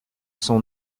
son